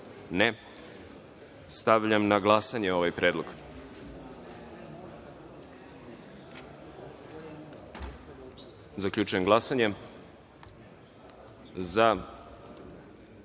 (Ne)Stavljam na glasanje ovaj predlog. Zaključujem glasanje i